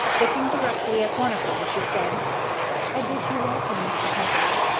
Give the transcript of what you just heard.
looking directly at one of them, she said i bid you welcome, mr. peveril,